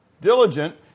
Diligent